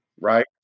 right